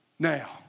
Now